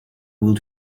will